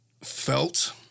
felt